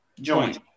Joint